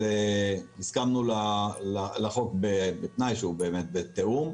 הסכמנו לחוק בתנאי שהוא באמת בתיאום.